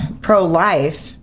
pro-life